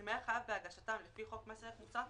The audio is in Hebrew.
אם היה חייב בהגשתם לפי חוק מס ערך מוסף,